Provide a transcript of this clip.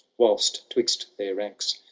whilst, twixt their ranks,